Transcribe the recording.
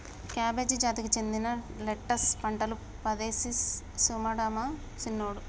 cabbage జాతికి సెందిన lettuce పంటలు పదేసి సుడమను సిన్నోడా